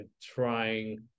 trying